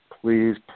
Please